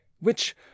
which